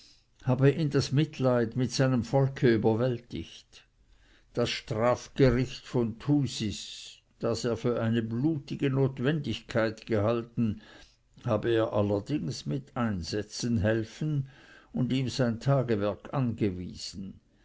habe ihn das mitleid mit seinem volke überwältigt das strafgericht von thusis das er für eine blutige notwendigkeit gehalten habe er allerdings mit einsetzen helfen und ihm sein tagewerk angewiesen